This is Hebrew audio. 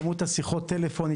כמות שיחות הטלפון,